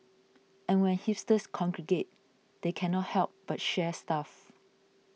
and when hipsters congregate they cannot help but share stuff